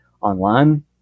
online